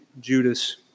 Judas